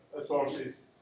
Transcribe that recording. sources